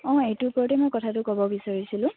অঁ এইটো ওপৰতে মই কথাটো ক'ব বিচাৰিছিলোঁ